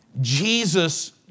Jesus